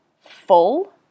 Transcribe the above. full